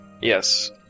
Yes